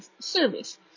service